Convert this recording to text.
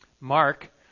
Mark